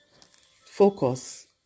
focus